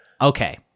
Okay